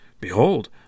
Behold